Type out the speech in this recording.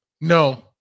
No